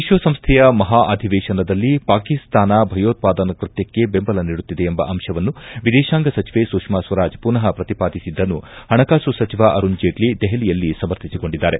ವಿಶ್ವಸಂಸೈಯ ಮಹಾ ಅಧಿವೇಶನದಲ್ಲಿ ಪಾಕಿಸ್ತಾನ ಭಯೋತ್ಪಾದನಾ ಕೃತ್ಯಕ್ಷೆ ಬೆಂಬಲ ನೀಡುತ್ತಿದೆ ಎಂಬ ಅಂಶವನ್ನು ವಿದೇಶಾಂಗ ಸಚಿವೆ ಸುಷ್ನಾ ಸ್ವರಾಜ್ ಪುನಃ ಪ್ರತಿಪಾದಿಸಿದನ್ನು ಹಣಕಾಸು ಸಚಿವ ಅರುಣ್ ಜೇಟ್ಲ ದೆಹಲಿಯಲ್ಲಿ ಸಮರ್ಥಿಸಿಕೊಂಡಿದ್ದಾರೆ